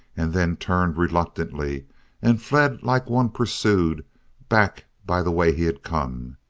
and then turned reluctantly and fled like one pursued back by the way he had come.